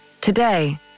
Today